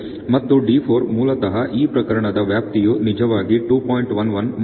ಮತ್ತು D4 ಮೂಲತಃ ಈ ಪ್ರಕರಣದ ವ್ಯಾಪ್ತಿಯು ನಿಜವಾಗಿ 2